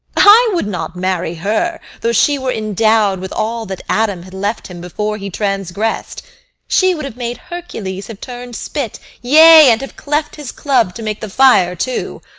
i would not marry her, though she were endowed with all that adam had left him before he transgressed she would have made hercules have turned spit, yea, and have cleft his club to make the fire too.